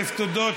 אלף תודות.